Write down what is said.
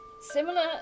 similar